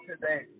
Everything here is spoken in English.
today